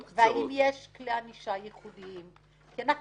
והאם יש כלי ענישה ייחודיים כי אנחנו